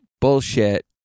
bullshit